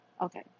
Okay